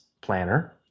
planner